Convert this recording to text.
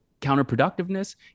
counterproductiveness